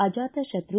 ಅಜಾತಶತ್ರು